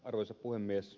arvoisa puhemies